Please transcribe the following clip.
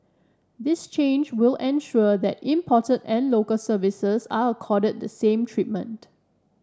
this change will ensure that imported and Local Services are accorded the same treatment